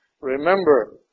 Remember